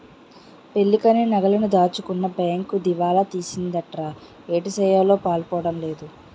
పెళ్ళికని నగలన్నీ దాచుకున్న బేంకు దివాలా తీసిందటరా ఏటిసెయ్యాలో పాలుపోడం లేదు